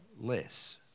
less